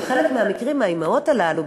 שבחלק מהמקרים האימהות הללו,